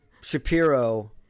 shapiro